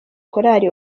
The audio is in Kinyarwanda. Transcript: korali